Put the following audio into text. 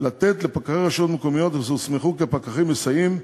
לתת לפקחי רשויות מקומיות אשר הוסמכו כפקחים מסייעים,